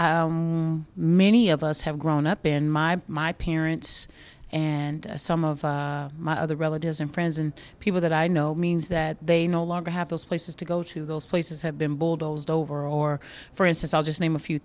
many of us have grown up in my my parents and some of my other relatives and friends and people that i know means that they no longer have those places to go to those places have been bulldozed over or for as i'll just name a few